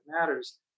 matters